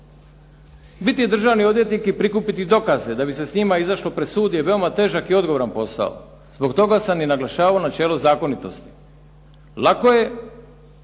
Biti je državni odvjetnik prikupiti dokaze da bi se s njima izašlo pred sud je veoma težak i odgovoran posao. Zbog toga sam i naglašavao načelo zakonitosti. Lako je